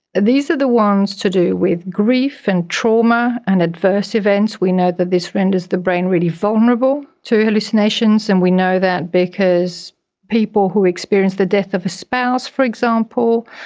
these are the ones to do with grief and trauma and adverse events. we know that this renders the brain really vulnerable to hallucinations, and we know that because people who experience the death of a spouse, for example,